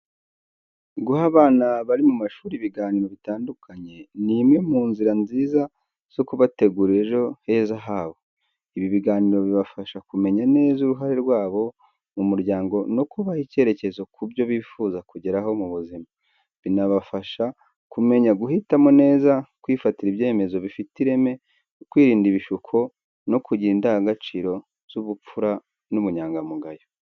Guha abana bari mu mashuri ibiganiro bitandukanye ni imwe mu nzira nziza zo kubategurira ejo heza habo. Ibi biganiro bibafasha kumenya neza uruhare rwabo mu muryango no kubaha icyerekezo ku byo bifuza kugeraho mu buzima. Binabafasha kumenya guhitamo neza, kwifatira ibyemezo bifite ireme, kwirinda ibishuko, no kugira indangagaciro z’ubupfura n’ubunyangamugayo.